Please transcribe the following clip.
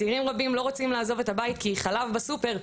צעירים רבים לא רוצים לעזוב את הבית כי חלב בסופר,